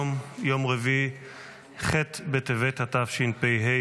יום רביעי ח' בטבת התשפ"ה,